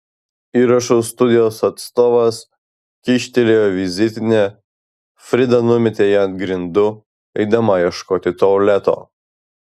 įrašų studijos atstovas kyštelėjo vizitinę frida numetė ją ant grindų eidama ieškoti tualeto